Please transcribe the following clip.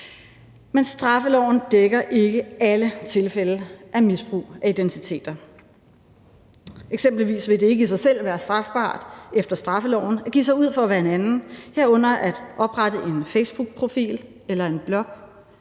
Men straffeloven dækker ikke alle tilfælde af misbrug af identiteter. Eksempelvis vil det ikke i sig selv være strafbart efter straffeloven at give sig ud for at være en anden, herunder at oprette en facebookprofil eller en blog